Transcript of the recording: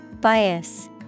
Bias